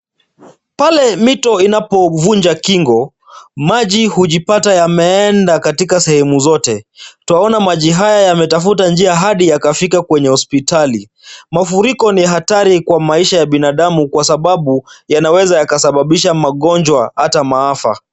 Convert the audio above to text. Pale mito inapovunja kingo, maji hujipata yameenda katika sehemu zote. Twaona maji haya yametafuta njia hadi yakafika kwenye hospitali. Mafuriko ni hatari kwa maisha ya binadamu kwa sababu yanaweza yakasababisha magonjwa hata maafa.